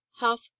half